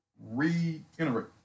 reiterate